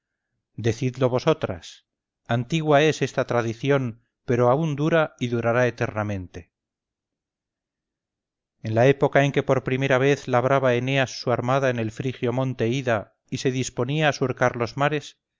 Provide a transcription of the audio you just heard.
decidlo vosotras antigua es esta tradición pero aún dura y durará eternamente en la época en que por primera vez labraba eneas su armada en el frigio monte ida y se disponía a surcar los mares